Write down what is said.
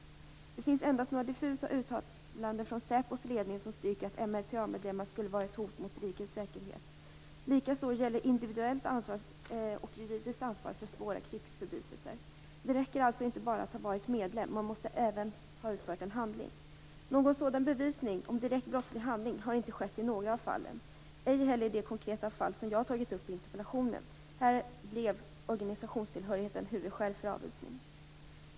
Det finns endast några diffusa uttalanden från säpos ledning som styrker att MRTA-medlemmar skulle vara ett hot mot rikets säkerhet. Likaså gäller individuellt ansvar och juridiskt ansvar för svåra krigsförbrytelser. Det räcker alltså inte bara att ha varit medlem, man måste även ha utfört en handling. Någon sådan bevisning, om direkt brottslig handling, har inte skett i några av fallen, ej heller i det konkreta fall som jag tagit upp i interpellationen. Här blev organisationstillhörigheten huvudskäl för avvisning.